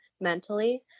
mentally